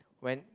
when